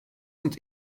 und